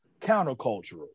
countercultural